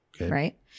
Right